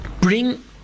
bring